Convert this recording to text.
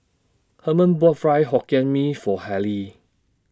Herman bought Fried Hokkien Mee For Harley